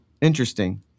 interesting